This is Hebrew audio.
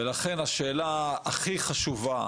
לכן, השאלה הכי חשובה